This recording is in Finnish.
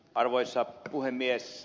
arvoisa puhemies